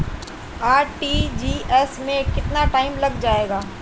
RTGS में कितना time लग जाएगा?